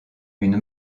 une